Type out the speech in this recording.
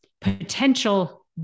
potential